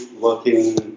working